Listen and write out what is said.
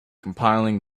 compiling